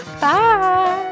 Bye